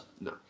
No